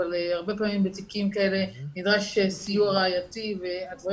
אבל הרבה פעמים בתיקים כאלה נדרש סיוע ראייתי והדברים